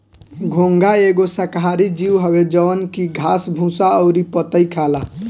घोंघा एगो शाकाहारी जीव हवे जवन की घास भूसा अउरी पतइ खाला